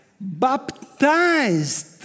baptized